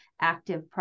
active